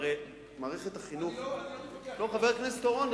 חבר הכנסת אורון,